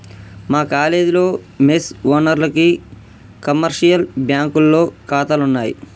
మా కాలేజీలో మెస్ ఓనర్లకి కమర్షియల్ బ్యాంకులో ఖాతాలున్నయ్